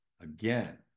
Again